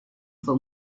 fue